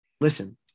listen